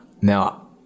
Now